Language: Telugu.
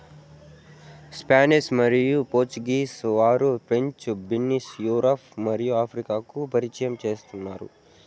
స్పానిష్ మరియు పోర్చుగీస్ వారు ఫ్రెంచ్ బీన్స్ ను యూరప్ మరియు ఆఫ్రికాకు పరిచయం చేసినారు